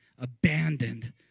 abandoned